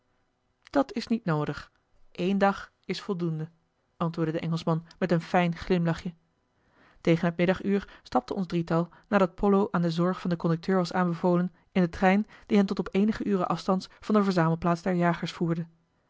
dat is niet noodig éen dag is voldoende antwoordde de engelschman met een fijn glimlachje tegen het middaguur stapte ons drietal nadat pollo aan de zorg van den conducteur was aanbevolen in den trein die hen tot op eenige uren afstands van de verzamelplaats der jagers voerde